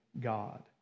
God